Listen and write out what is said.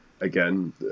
again